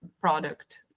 product